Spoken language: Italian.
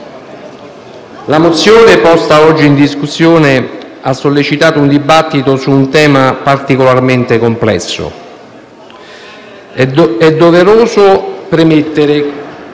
le mozioni poste oggi in discussione hanno sollecitato un dibattito su un tema particolarmente complesso. È doveroso premettere